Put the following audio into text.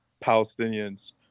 Palestinians